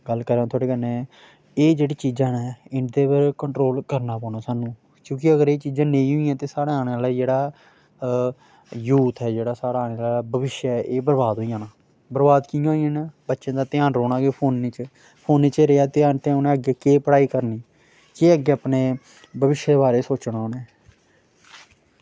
गल्ल करांऽ थुआढ़े कन्नै एह् जेह्ड़ी चीजां न इंदे पर कंट्रोल करना पौना सानूं क्युंकि अगर एह् चीजां नेईं होइयां ते साढ़े आने आह्ला जेह्ड़ा यूथ ऐ जेह्ड़ा साढ़ा आने आह्ला भविश्य ऐ एह् बरबाद होई जाना बरबाद कियां होई जाना बच्चे दा ध्यान रौह्ना गै फोने च फोने च गै रेहा ध्यान ते उनै अग्गें केह् पढ़ाई करनी केह् अग्गें अपने भविश्य दे बारे च सोचना उनैं